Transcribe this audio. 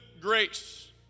grace